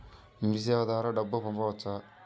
మీసేవ ద్వారా డబ్బు పంపవచ్చా?